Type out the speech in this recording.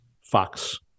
Fox